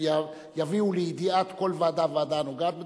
שיביאו לידיעת כל ועדה וועדה הנוגעת בדבר,